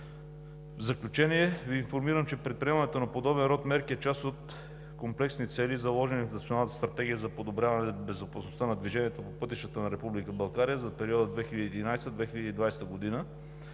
В заключение Ви информирам, че предприемането на подобен род мерки е част от комплексни цели, заложени в Националната стратегия за подобряване безопасността на движението по пътищата на Република България за периода 2011 – 2020 г.